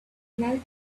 alchemist